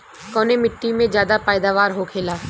कवने मिट्टी में ज्यादा पैदावार होखेला?